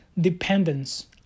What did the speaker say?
dependence